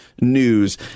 news